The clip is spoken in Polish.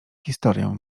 historię